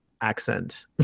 accent